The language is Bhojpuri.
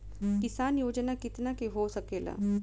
किसान योजना कितना के हो सकेला?